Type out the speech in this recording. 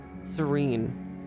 Serene